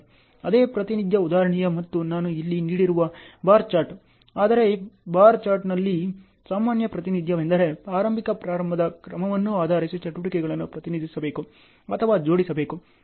ಅದೇ ಪ್ರಾತಿನಿಧ್ಯ ಉದಾಹರಣೆಯ ಮತ್ತು ನಾನು ಇಲ್ಲಿ ನೀಡಿರುವ ಬಾರ್ ಚಾರ್ಟ್ ಆದರೆ ಬಾರ್ ಚಾರ್ಟ್ನಲ್ಲಿ ಸಾಮಾನ್ಯ ಪ್ರಾತಿನಿಧ್ಯವೆಂದರೆ ಆರಂಭಿಕ ಪ್ರಾರಂಭದ ಕ್ರಮವನ್ನು ಆಧರಿಸಿ ಚಟುವಟಿಕೆಗಳನ್ನು ಪ್ರತಿನಿಧಿಸಬೇಕು ಅಥವಾ ಜೋಡಿಸಬೇಕು